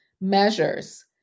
measures